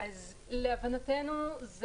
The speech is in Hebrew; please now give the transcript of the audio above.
להבנתנו,